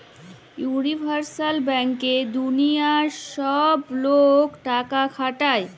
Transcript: universal ব্যাংকে দুলিয়ার ছব গিলা লক টাকা খাটায়